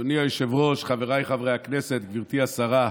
אדוני היושב-ראש, חבריי חברי הכנסת, גברתי השרה,